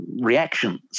reactions